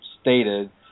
stated